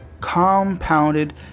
compounded